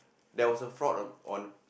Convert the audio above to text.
there was a fraud on on